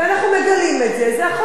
זה החוסן של התא המשפחתי.